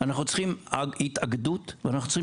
אנחנו צריכים התאגדות ואנחנו צריכים